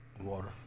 Water